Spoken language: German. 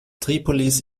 tripolis